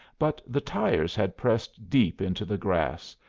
but the tires had pressed deep into the grass,